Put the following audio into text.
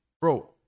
bro